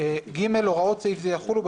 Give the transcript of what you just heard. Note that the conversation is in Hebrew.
(ג) הוראות סעיף זה יחולו,